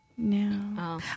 No